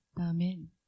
Amen